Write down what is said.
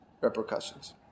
repercussions